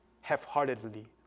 half-heartedly